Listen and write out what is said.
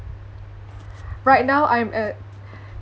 right now I'm uh